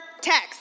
text